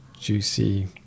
juicy